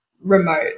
remote